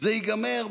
זה ייגמר,